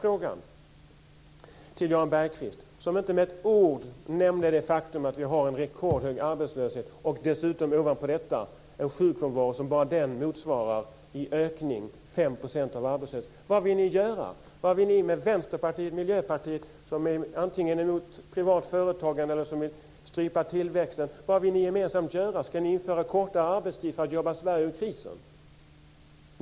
Jan Bergqvist nämnde inte med ett ord det faktum att vi har en rekordhög arbetslöshet och ovanpå detta en sjukfrånvaro som bara den motsvarar i ökning 5 % av arbetslösheten. Vad vill ni göra? Vad vill ni samt Vänsterpartiet och Miljöpartiet, som antingen är emot privat företagande eller som vill strypa tillväxten, gemensamt göra? Ska ni införa kortare arbetstid för att jobba Sverige ur krisen?